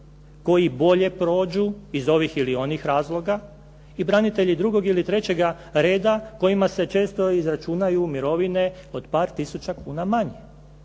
koji bolje prođu iz ovih ili onih razloga i branitelji drugog ili trećega reda kojima se često izračunaju mirovine od par tisuća kuna manje.